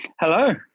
Hello